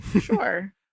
Sure